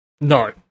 No